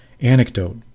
anecdote